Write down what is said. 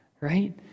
right